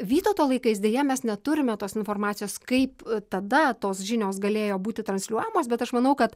vytauto laikais deja mes neturime tos informacijos kaip tada tos žinios galėjo būti transliuojamos bet aš manau kad